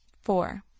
Four